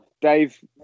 Dave